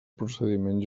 procediment